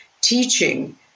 teaching